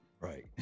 Right